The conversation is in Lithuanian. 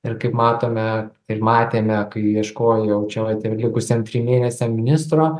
ir kaip matome ir matėme kai ieškojo jau čia va ir likusiem trim mėnesiam ministro